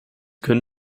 können